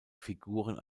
figuren